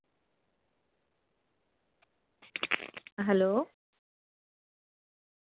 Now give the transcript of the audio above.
hello